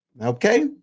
Okay